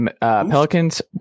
Pelicans